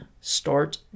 start